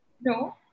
No